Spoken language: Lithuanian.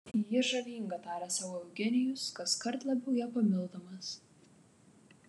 ji žavinga tarė sau eugenijus kaskart labiau ją pamildamas